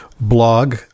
blog